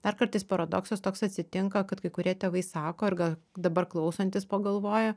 dar kartais paradoksas toks atsitinka kad kai kurie tėvai sako ir gal dabar klausantis pagalvoja